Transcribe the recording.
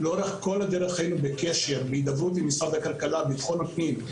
לאורך כל הדרך היינו בקשר והידברות עם משרד הכלכלה והמשרד לביטחון פנים.